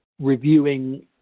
reviewing